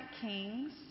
Kings